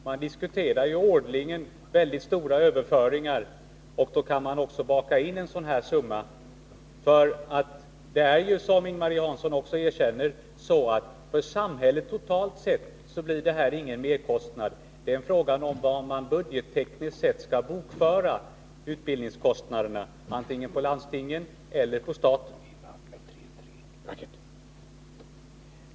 Man diskuterar ju årligen väldigt stora överföringar, och då kan man också baka in en sådan här summa. Det är ju så, som Ing-Marie Hansson också erkänner, att det för samhället eller totalt sett inte blir någon merkostnad. Det är fråga om var man budgettekniskt sett skall bokföra utbildningskostnaderna — på landstingen eller på staten.